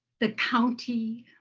the county.